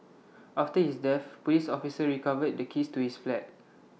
after his death Police officers recovered the keys to his flat